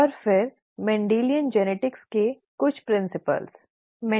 और फिर मेंडेलियन आनुवंशिकी के कुछ सिद्धांत